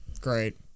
great